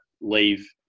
leave